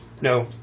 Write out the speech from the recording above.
No